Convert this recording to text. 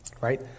right